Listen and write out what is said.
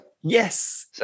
yes